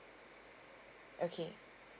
okay